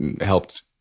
helped